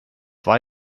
war